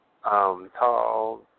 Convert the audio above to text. Tall